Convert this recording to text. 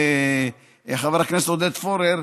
חבר הכנסת עודד פורר,